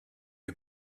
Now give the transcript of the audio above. you